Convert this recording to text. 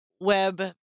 web